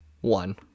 One